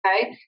okay